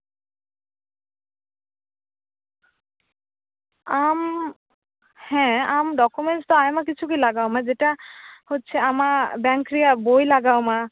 ᱟᱢ ᱦᱮᱸ ᱟᱢ ᱰᱚᱠᱚᱢᱮᱱᱥ ᱫᱚ ᱟᱭᱢᱟ ᱠᱤᱪᱷᱩ ᱜᱮ ᱞᱟᱜᱟᱣᱟᱢᱟ ᱡᱮᱴᱟ ᱦᱚᱪᱪᱷᱮ ᱟᱢᱟᱜ ᱵᱮᱝᱠ ᱨᱮᱭᱟᱜ ᱵᱳᱭ ᱞᱟᱜᱟᱣᱟᱢᱟ